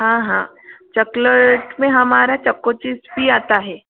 हाँ हाँ चॉकलेट में हमारा चॉकोचिप्स भी आता है